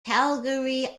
calgary